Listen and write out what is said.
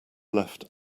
left